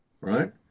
right